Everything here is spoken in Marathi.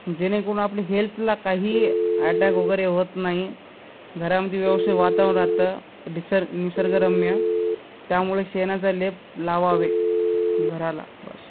जेणेकरून आपले हेल्थला काही ॲटॅक वगैरे होत नाही घरामध्ये व्यवस्थित वातावरण राहातं डिसर निसर्गरम्य त्यामुळे शेणाचा लेप लावावे घराला बस